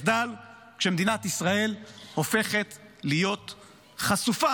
מחדל, כשמדינת ישראל הופכת להיות חשופה